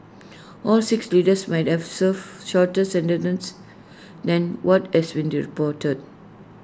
all six leaders might at serve shorter sentences than what has been do reported